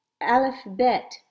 alphabet